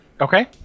Okay